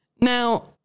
now